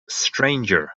stranger